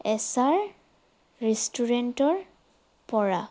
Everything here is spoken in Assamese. এছ আৰ ৰেষ্টুৰেণ্টৰপৰা